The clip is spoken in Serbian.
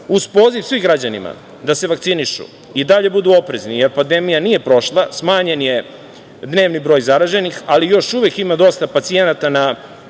poziv svim građanima da se vakcinišu i dalje budu oprezni, jer pandemija nije prošla, smanjen je dnevni broj zaraženih, ali još uvek ima dosta pacijenata na